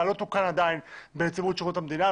לא תוקן עדיין בנציבות שירות המדינה,